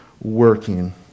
working